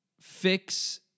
fix